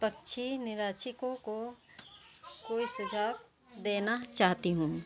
पक्षी निरीक्षकों को कोई सुझाव देना चाहती हूँ